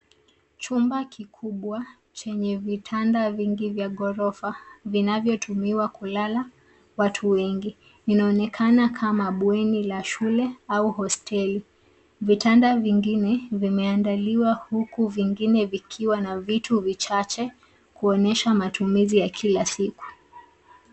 Chumba kikubwa chenye vitanda vingi vya ghorofa vinavyotumiwa kulala watu wengi. Kinaonekana kama bweni la shule au hosteli. Vitanda vingine vimeandaliwa, huku vingine vikiwa na vitu vichache kuonyesha matumizi ya kila siku.